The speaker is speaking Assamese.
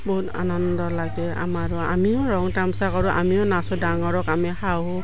বহুত আনন্দ লাগে আমাৰো আমিও ৰং তামচা কৰোঁ আমিও নাচোঁ ডাঙৰক আমি শাহু